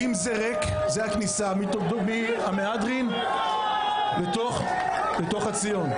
זה הכניסה מן המהדרין לתוך הציון.